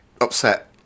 upset